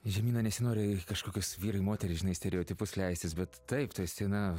žemyna nesinori į kažkokius vyrai moterys žinai stereotipus leisis bet taip tu esi na